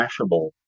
mashable